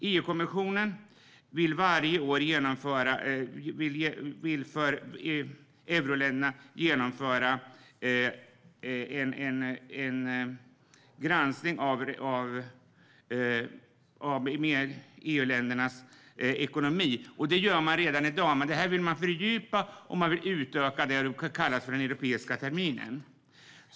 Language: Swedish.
EU-kommissionen vill varje år genomföra en granskning av euroländernas ekonomi. Det gör man redan i dag, men man vill fördjupa och utöka den så kallade europeiska terminen.